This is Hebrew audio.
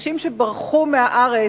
אנשים שברחו מהארץ,